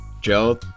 Joe